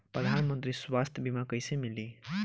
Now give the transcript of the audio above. प्रधानमंत्री स्वास्थ्य बीमा कइसे मिली?